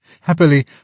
Happily